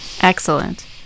Excellent